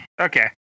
Okay